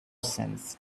sense